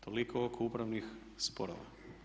Toliko oko upravnih sporova.